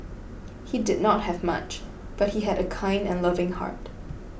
he did not have much but he had a kind and loving heart